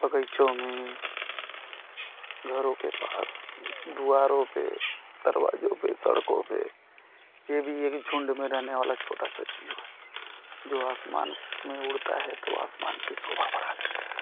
बग़ीचों में घरों के पास द्वारों पर दरवाज़ों पर सड़कों पर यह भी एक झुंड में रहने वाला छोटा सा जीव है जो आसमान में उड़ता है तो आसमान की शोभा बढ़ा देता है